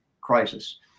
crisis